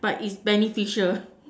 but its beneficial